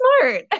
smart